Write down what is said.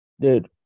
Dude